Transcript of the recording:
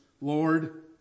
Lord